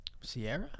Sierra